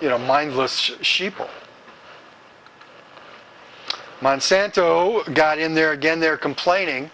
you know mindless sheep will monsanto got in there again they're complaining